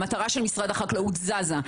המטרה של משרד החקלאות זזה.